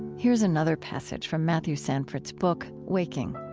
here's another passage from matthew sanford's book, waking